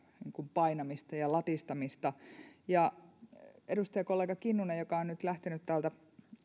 painamista ja latistamista edustajakollega kinnunen joka on nyt lähtenyt täältä